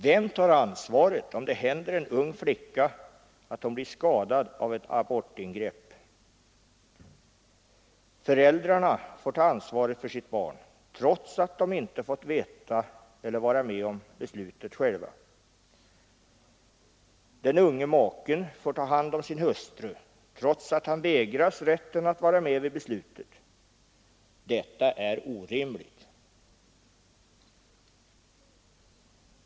Vem tar ansvaret om en ung flicka blir skadad av ett abortingrepp? Föräldrarna får ta ansvaret för sitt barn, trots att de inte har fått vara med om att fatta beslutet. Den unge maken får ta hand om sin hustru, trots att han vägrats rätten att vara med vid beslutet. Detta är orimligt.